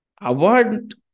Award